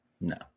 no